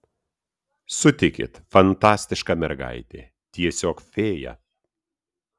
sutikit fantastiška mergaitė tiesiog fėja